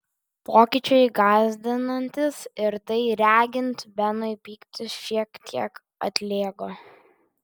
pokyčiai gąsdinantys ir tai regint benui pyktis šiek tiek atlėgo